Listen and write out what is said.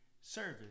service